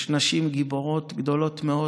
יש נשים גיבורות גדולות מאוד: